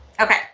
Okay